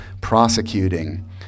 prosecuting